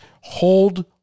Hold